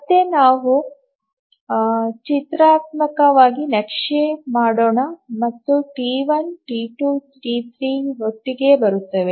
ಮತ್ತೆ ನಾವು ಚಿತ್ರಾತ್ಮಕವಾಗಿ ನಕ್ಷೆ ಮಾಡೋಣ ಮತ್ತು ಟಿ1 ಟಿ2 ಟಿ3 ಒಟ್ಟಿಗೆ ಬರುತ್ತವೆ